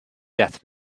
death